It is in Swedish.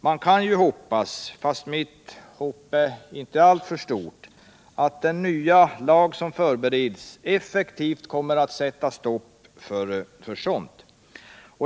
Man kan ju hoppas, fast mitt hopp är inte alltför stort, att den nya lag som förbereds effektivt kommer att sätta stopp för sådant.